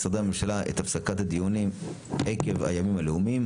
משרדי הממשלה את הפסקת הדיונים עקב הימים הלאומיים,